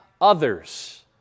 others